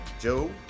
joe